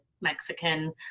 Mexican